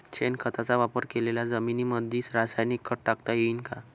शेणखताचा वापर केलेल्या जमीनीमंदी रासायनिक खत टाकता येईन का?